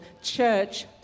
church